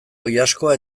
oilaskoa